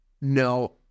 No